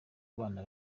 abana